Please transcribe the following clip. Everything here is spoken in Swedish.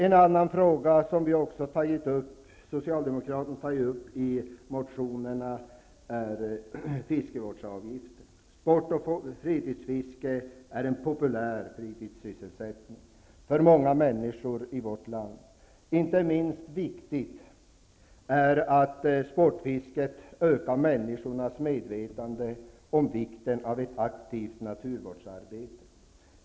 En annan fråga som Socialdemokraterna har tagit upp i motionerna är fiskevårdsavgiften. Sport-och fritidsfiske är en populär fritidssysselsättning för många människor i vårt land. Inte minst viktigt är att sportfisket ökar människornas medvetande om vikten av ett aktivt naturvårdsarbete.